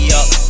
up